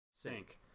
sink